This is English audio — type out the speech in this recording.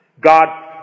God